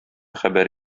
хәбәр